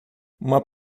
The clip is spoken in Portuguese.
uma